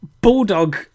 bulldog